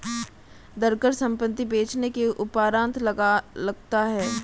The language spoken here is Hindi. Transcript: धनकर संपत्ति बेचने के उपरांत लगता है